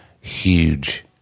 huge